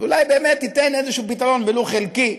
ואולי באמת תיתן איזשהו פתרון, ולו חלקי,